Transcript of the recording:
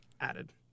added